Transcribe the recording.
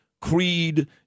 creed